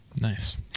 Nice